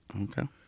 okay